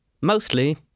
Mostly